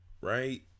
right